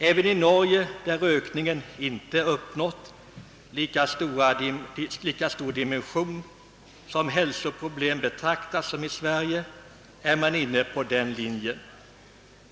även i Norge, där rökningen inte blivit ett lika stort hälsoproblem som i Sverige, är man inne på den linjen.